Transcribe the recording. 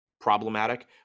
problematic